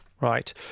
right